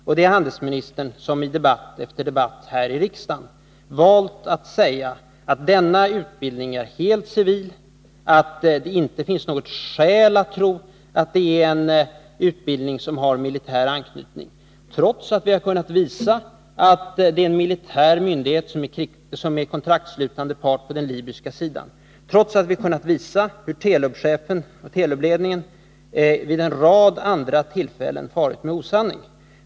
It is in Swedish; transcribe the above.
Och det är handelsmi nistern som i debatt efter debatt här i riksdagen valt att säga att denna utbildning är helt civil och att det inte finns några skäl att tro att det är en utbildning som har militär anknytning — trots att vi kunnat visa att det är en militär myndighet som är kontraktsslutande part på den libyska sidan och trots att vi kunnat visa att Telubledningen vid en rad andra tillfällen farit med osanning.